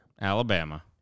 Alabama